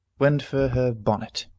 went for her bonnet,